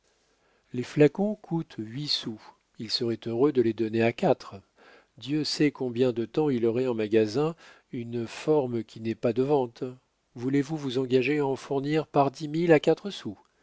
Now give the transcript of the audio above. les flacons coûtent huit sous il serait heureux de les donner à quatre dieu sait combien de temps il aurait en magasin une forme qui n'est pas de vente voulez-vous vous engager à en fournir par dix mille à quatre sous